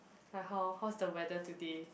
like how how's the weather today